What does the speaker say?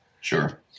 Sure